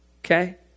Okay